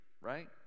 right